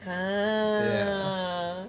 ah